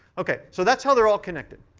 ok. so that's how they're all connected.